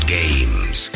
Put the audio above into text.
games